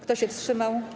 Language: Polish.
Kto się wstrzymał?